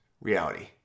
reality